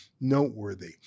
noteworthy